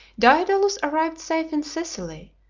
daedalus arrived safe in sicily,